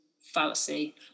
fallacy